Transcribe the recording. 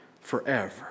forever